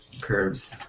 curves